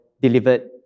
delivered